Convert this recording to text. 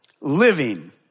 living